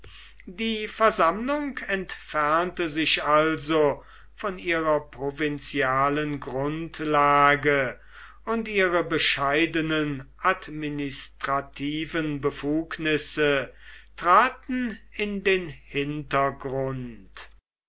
die versammlung entfernte sich also von ihrer provinzialen grundlage und ihre bescheidenen administrativen befugnisse traten in den hintergrund